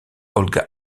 olga